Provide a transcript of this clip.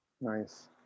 Nice